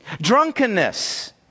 drunkenness